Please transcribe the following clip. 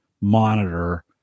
monitor